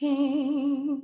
King